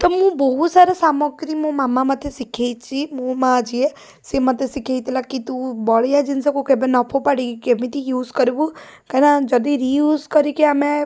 ତ ମୁଁ ବହୁତ ସାରା ସାମଗ୍ରୀ ମୋ ମାମା ମୋତେ ଶିଖେଇଛି ମୋ ମା' ଯିଏ ସିଏ ମୋତେ ଶିଖେଇଥିଲା କି ତୁ ବଳିବା ଜିନିଷ କେବେ ନ ଫୋପାଡ଼ିକି କେମିତି ୟୁଜ୍ କରିବୁ କାହିଁନା ଯଦି ରିୟୁଜ୍ କରିକି ଆମେ